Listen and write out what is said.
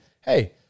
hey